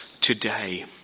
today